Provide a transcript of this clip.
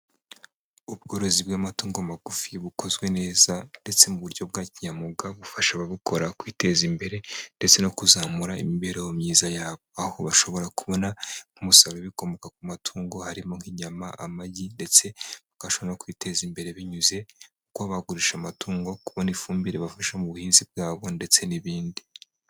Ubworozi bw'amatungo magufi bukozwe neza ndetse mu buryo bwa kinyamwuga bufasha ababukora kwiteza imbere ndetse no kuzamura imibereho myiza yabo, aho bashobora kubona umusaruro w'ibikomoka ku matungo harimo nk'inyama amagi ndetse babasha no kwiteza imbere binyuze mu kuba bagurisha amatungo, kubona ifumbire ribafasha mu buhinzi bwabo ndetse n'ibindi.